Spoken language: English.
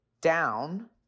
down